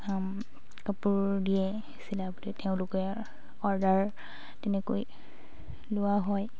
কাপোৰ দিয়ে চিলাবলে তেওঁলোকৰ অৰ্ডাৰ তেনেকৈ লোৱা হয়